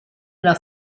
una